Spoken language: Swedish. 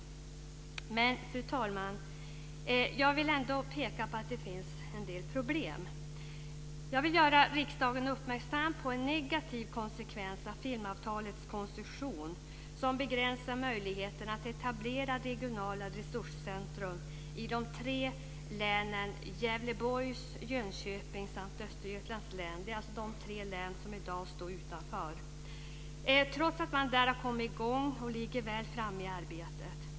Fru talman! Jag vill också peka på att det finns en del problem. Jag vill göra riksdagen uppmärksam på en negativ konsekvens av filmavtalets konstruktion som begränsar möjligheten att etablera regionala resurscentrum i de tre länen Gävleborgs län, Jönköpings län samt Östergötlands län. Det är de tre län som i dag står utanför trots att man där har kommit i gång och ligger väl framme i arbetet.